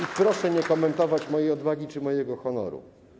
I proszę nie komentować mojej odwagi czy mojego honoru.